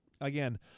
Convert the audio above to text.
Again